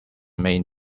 main